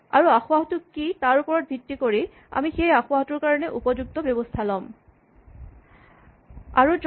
আৰু আসোঁৱাহটো কি তাৰ ওপৰত ভিত্তি কৰি আমি সেই আসোঁৱাহটোৰ কাৰণে উপযুক্ত ব্যৱস্হা ল'ম